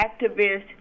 activists